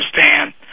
understand